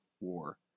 war